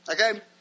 Okay